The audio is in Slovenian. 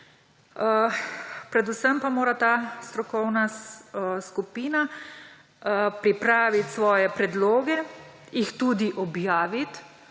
Predvsem pa mora ta strokovna skupina pripraviti svoje predloge in jih tudi objaviti,